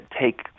take